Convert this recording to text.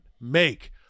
make